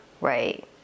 right